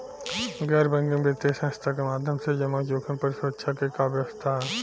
गैर बैंकिंग वित्तीय संस्था के माध्यम से जमा जोखिम पर सुरक्षा के का व्यवस्था ह?